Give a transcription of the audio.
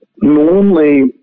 Normally